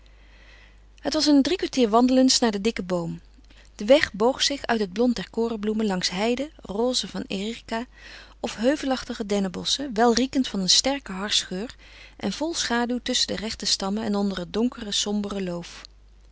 het was een drie kwartier wandelens naar den dikken boom de weg boog zich uit het blond der korenbloemen langs heiden roze van erica of heuvelachtige dennenbosschen welriekend van een sterken harsgeur en vol schaduw tusschen de rechte stammen en onder het donkere sombere loof